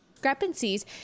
Discrepancies